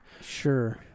sure